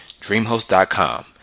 DreamHost.com